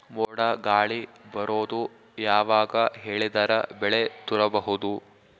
ಮೋಡ ಗಾಳಿ ಬರೋದು ಯಾವಾಗ ಹೇಳಿದರ ಬೆಳೆ ತುರಬಹುದು?